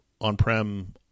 on-prem